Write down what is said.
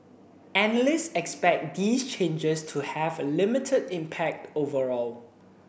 analysts expect these changes to have a limited impact overall